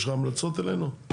יש לךָ המלצות אלינו?